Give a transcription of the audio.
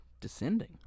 descending